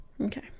okay